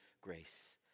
grace